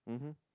mmhmm